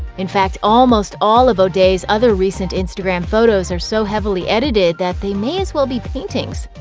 in fact, almost all of o'day's other recent instagram photos are so heavily edited that they may as well be paintings.